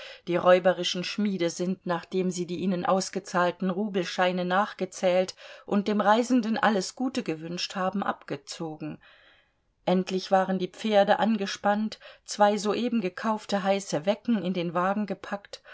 die räuberischen schmiede sind nachdem sie die ihnen ausgezahlten rubelscheine nachgezählt und dem reisenden alles gute gewünscht haben abgezogen endlich waren die pferde angespannt zwei soeben gekaufte heiße wecken in den wagen gepackt